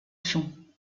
son